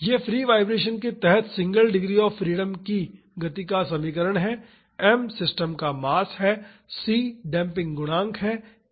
यह free vibration के तहत सिंगल डिग्री ऑफ़ फ्रीडम की की गति का समीकरण है m सिस्टम का मास है c डेम्पिंग गुणांक है k स्टिफनेस है